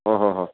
ओ हो हो